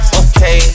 okay